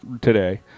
today